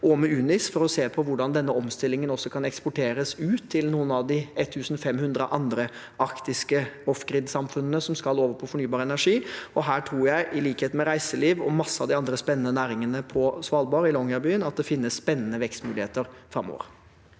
og med UNIS for å se på hvordan denne omstillingen også kan eksporteres ut til noen av de 1 500 andre arktiske «offgrid»-samfunnene som skal over på fornybar energi. Her tror jeg, i likhet med reiselivet og mange av de andre spennende næringene på Svalbard og i Longyearbyen, at det finnes spennende vekstmuligheter framover.